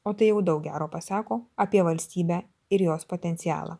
o tai jau daug gero pasako apie valstybę ir jos potencialą